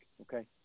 Okay